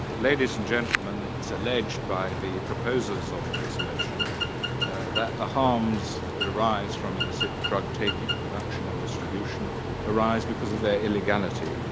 ladies and gentlemen, it's alleged by the proposers of this motion that the harms that arise from illicit drug taking, production, and distribution arise because of their illegality,